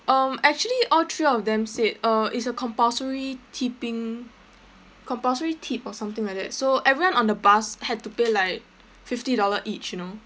um actually all three of them said uh it's a compulsory tipping compulsory tip or something like that so everyone on the bus had to pay like fifty dollar each you know